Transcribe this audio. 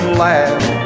laugh